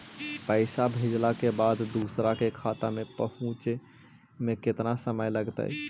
पैसा भेजला के बाद दुसर के खाता में पहुँचे में केतना समय लगतइ?